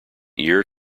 year